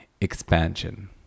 expansion